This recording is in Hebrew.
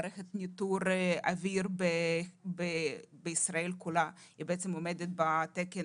מערכת ניטור אוויר בישראל כולה היא בעצם עומדת בתקן,